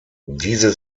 diese